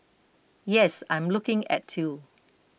yes I'm looking at you